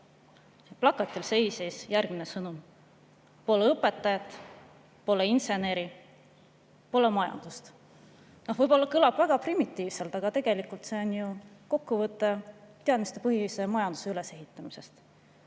Plakatil seisis järgmine sõnum: "Pole õpetajat, pole inseneri, pole majandust." Võib-olla kõlab väga primitiivselt, aga tegelikult see on ju kokkuvõte teadmistepõhise majanduse ülesehitamisest.Me